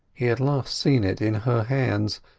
he had last seen it in her hands,